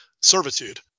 servitude